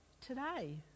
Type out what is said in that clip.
today